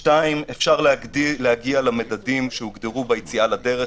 שתיים, אפשר להגיע למדדים שהוגדרו ביציאה לדרך